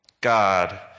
God